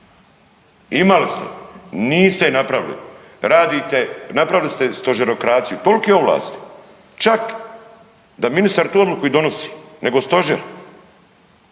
imali ste, niste je napravili. Radite, napravili ste stožerokraciju. Tolike ovlasti, čak da ministar tu odluku i donosi nego stožer,